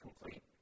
complete